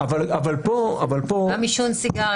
גם בתחומים אחרים